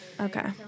Okay